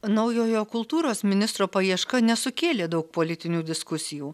naujojo kultūros ministro paieška nesukėlė daug politinių diskusijų